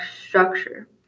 structure